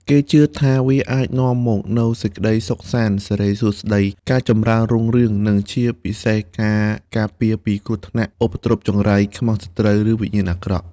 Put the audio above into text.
គេជឿថាវាអាចនាំមកនូវសេចក្តីសុខសាន្ត សិរីសួស្តី ការចម្រើនរុងរឿង និងជាពិសេស ការការពារ ពីគ្រោះថ្នាក់ ឧបទ្រពចង្រៃ ខ្មាំងសត្រូវ ឬវិញ្ញាណអាក្រក់